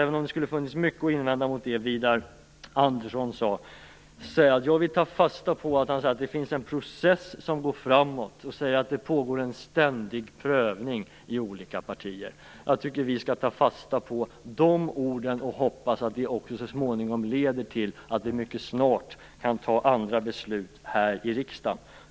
Även om det finns mycket att invända mot det Widar Andersson säger, vill jag ta fasta på att han säger att det finns en process som går framåt och att det pågår en ständig prövning i olika partier. Jag tycker att vi skall ta fasta på de orden och hoppas att det också leder till att vi mycket snart kan fatta andra beslut här i riksdagen.